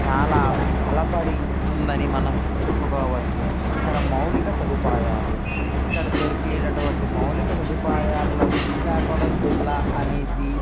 చాలా బలపడి ఉందని మనం చెప్పుకోవచ్చు ఇక్కడ మౌలిక సదుపాయాలు ఇక్కడ దొరికే అటువంటి మౌలిక సదుపాయాల్లో శ్రీకాకుళం జిల్లా అనేది